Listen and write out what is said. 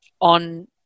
on